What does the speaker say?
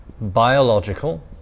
biological